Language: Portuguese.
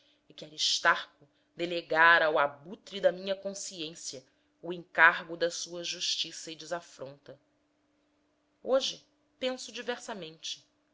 e que aristarco delegara ao abutre da minha consciência o encargo da sua justiça e desafronta hoje penso diversamente